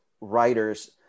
writers